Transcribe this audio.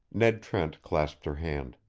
ned trent clasped her hand.